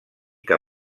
que